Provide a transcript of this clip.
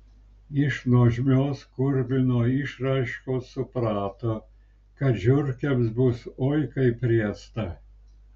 iš nuožmios kurmino išraiškos suprato kad žiurkėms bus oi kaip riesta